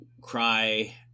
cry